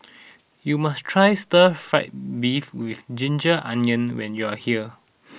you must try Stir Fried Beef with Ginger Onions when you are here